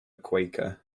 quaker